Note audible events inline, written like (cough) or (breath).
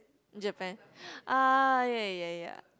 Japan (breath) ah ya ya ya